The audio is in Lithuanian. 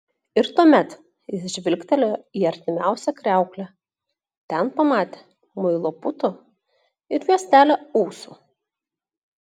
ir tuomet jis žvilgtelėjo į artimiausią kriauklę ten pamatė muilo putų ir juostelę ūsų